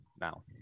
now